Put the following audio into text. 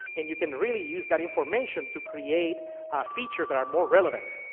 and you can really use that information to create features that are more relevant.